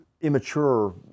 immature